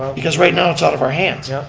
because right now it's out of our hands. yeah